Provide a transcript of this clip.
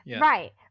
Right